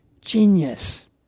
Genius